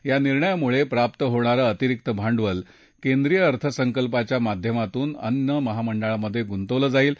या निर्णयामुळे प्राप्त होणारं अतिरिक्त भांडवल केंद्रीय अर्थसंकल्पाच्या माध्यमातून अन्न महामंडळात गुंतवलं जाईल